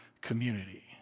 community